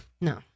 No